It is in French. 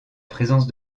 présence